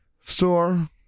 store